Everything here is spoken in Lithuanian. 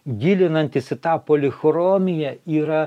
gilinantis į tą polichromiją yra